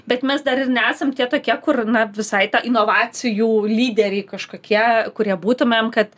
bet mes dar ir nesam tie tokie kur na visai ta inovacijų lyderiai kažkokie kurie būtumėm kad